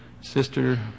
Sister